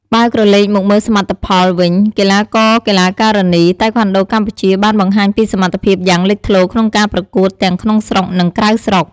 បើក្រលែកមកមើលសមិទ្ធផលវិញ កីឡាករ កីឡាការិនី តៃក្វាន់ដូកម្ពុជាបានបង្ហាញពីសមត្ថភាពយ៉ាងលេចធ្លោក្នុងការប្រកួតទាំងក្នុងស្រុក និងក្រៅស្រុក។